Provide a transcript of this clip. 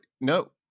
no